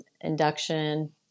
induction